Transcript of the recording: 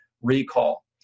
recall